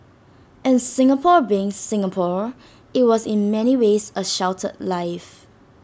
and Singapore being Singapore IT was in many ways A sheltered life